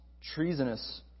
treasonous